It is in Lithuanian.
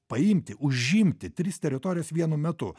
paimti užimti tris teritorijas vienu metu